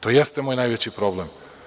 To jeste moj najveći problem.